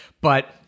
But-